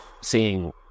seeing